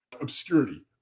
obscurity